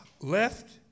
Left